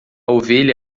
ovelha